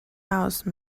house